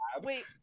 Wait